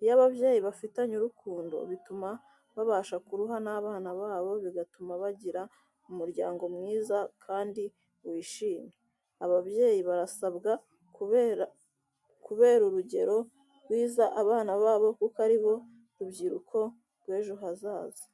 Iyo ababyeyi bafitanye urukundo bituma babasha kuruha n'abana babo bigatuma bagira umuryango mwiza kandi wishimye. Ababyeyi barasabwa kubera urugero rwiza abana babo kuko aribo rubyiruko rw'ejo hazaza.